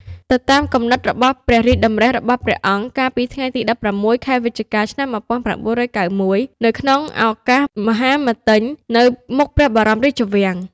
ទៅតាមគំនិតរបស់ព្រះរាជតម្រិះរបស់ ព្រះអង្គ កាលពីថ្ងៃទី១៦ ខែវិច្ឆិកា ឆ្នាំ១៩៩១ នៅក្នុងឱកាសមហាមិទ្ទិញ នៅមុខព្រះបរមរាជវាំង។